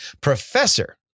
Professor